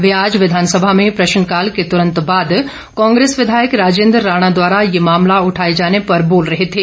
वे आज विधानसभा में प्रश्नकाल के तूरंत बाद कांग्रेस विधायक राजेंद्र राणा द्वारा ये मामला उठाए जाने पर बोल रहे थे